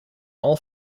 all